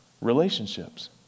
Relationships